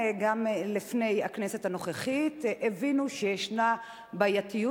גם לפני הכנסת הנוכחית הבינו שישנה בעייתיות,